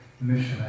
mission